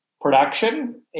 production